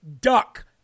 duck